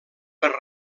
per